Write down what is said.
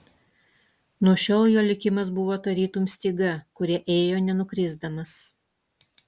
nuo šiol jo likimas buvo tarytum styga kuria ėjo nenukrisdamas